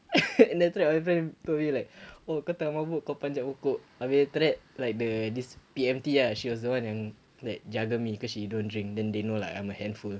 and then after that my friend told me like oh kau tak mabuk kau panjat pokok habis after that like the this P_M_T lah she was the one yang like jaga me because she don't drink then they know like I'm a handful